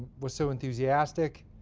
was so enthusiastic,